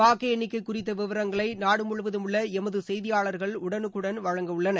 வாக்கு எண்ணிக்கை குறித்த விவரங்களை நாடு முழுவதும் உள்ள எமது செய்தியாளர்கள் உடனுக்குடன் வழங்க உள்ளனர்